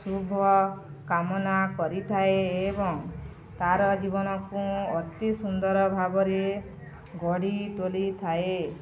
ଶୁଭ କାମନା କରିଥାଏ ଏବଂ ତାର ଜୀବନକୁ ଅତି ସୁନ୍ଦର ଭାବରେ ଗଢ଼ି ତୋଳିଥାଏ